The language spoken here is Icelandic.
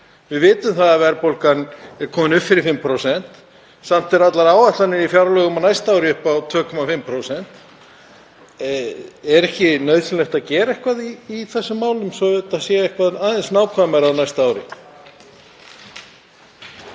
Við vitum það að verðbólgan er komin upp fyrir 5%. Samt eru allar áætlanir í fjárlögum á næsta ári upp á 2,5%. Er ekki nauðsynlegt að gera eitthvað í þessum málum svo þetta sé eitthvað aðeins nákvæmara á næsta ári?